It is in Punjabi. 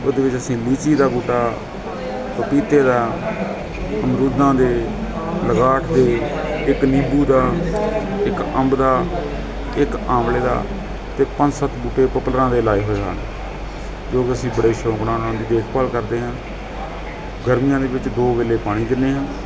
ਉਹਦੇ ਵਿੱਚ ਅਸੀਂ ਲੀਚੀ ਦਾ ਬੂਟਾ ਪਪੀਤੇ ਦਾ ਅਮਰੂਦਾਂ ਦੇ ਲਗਾਟ ਦੇ ਇੱਕ ਨਿੰਬੂ ਦਾ ਇੱਕ ਅੰਬ ਦਾ ਇੱਕ ਆਮਲੇ ਦਾ ਅਤੇ ਪੰਜ ਸੱਤ ਬੂਟੇ ਪੋਪੁਲਰਾਂ ਦੇ ਲਗਾਏ ਹੋਏ ਹਨ ਜੋ ਕਿ ਅਸੀਂ ਬੜੇ ਸ਼ੌਕ ਨਾਲ ਉਹਨਾਂ ਦੀ ਦੇਖਭਾਲ ਕਰਦੇ ਹਾਂ ਗਰਮੀਆਂ ਦੇ ਵਿੱਚ ਦੋ ਵੇਲੇ ਪਾਣੀ ਦਿੰਦੇ ਹਾਂ